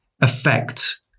affect